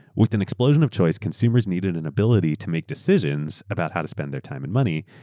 with an explosion of choice, consumers needed an ability to make decisions about how to spend their time and money.